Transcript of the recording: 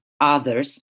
others